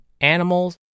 animals